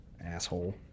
Asshole